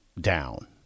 down